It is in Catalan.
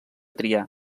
triar